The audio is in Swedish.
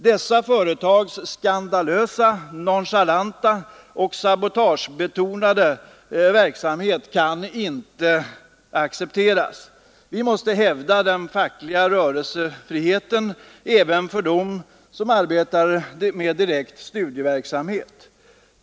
Dessa företags skandalösa, nonchalanta och sabotagebetonade verksamhet kan inte accepteras. Vi måste hävda den fackliga rörelsefriheten även för dem som direkt arbetar med studieverksamheten.